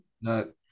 No